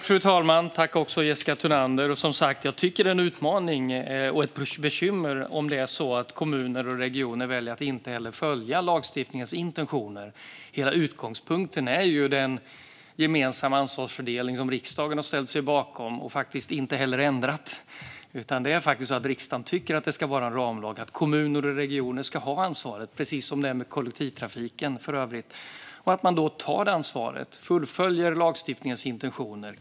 Fru talman! Jag tycker som sagt att det är en utmaning och ett bekymmer om kommuner och regioner väljer att inte följa lagstiftningens intentioner. Hela utgångspunkten är ju den gemensamma ansvarsfördelning som riksdagen har ställt sig bakom och inte heller ändrat. Riksdagen anser att det ska vara en ramlag, att kommuner och regioner ska ha ansvaret - precis som med kollektivtrafiken, för övrigt - och att man tar det ansvaret och fullföljer lagstiftningens intentioner.